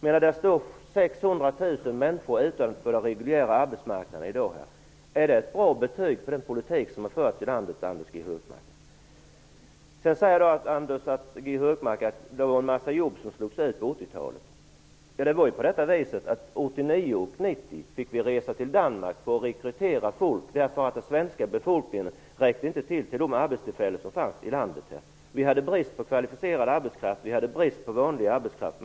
Det står i dag 600 000 människor utanför den reguljära arbetsmarknaden. Är det ett bra betyg för den politik som har förts i landet, Anders G Högmark? Sedan säger Anders G Högmark att det var många jobb som slogs ut under 80-talet. Men 1989 och 1990 fick man resa till Danmark för att rekrytera folk, eftersom den svenska befolkningen inte räckte till för de arbetstillfällen som fanns i landet. Det var brist på kvalificerad och även på vanlig arbetskraft.